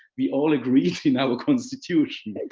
we all agree it's in our constitution, like